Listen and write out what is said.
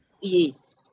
Yes